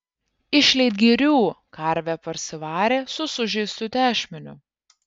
iš leitgirių karvę parsivarė su sužeistu tešmeniu